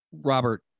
Robert